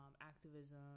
activism